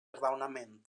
raonament